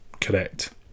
correct